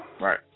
right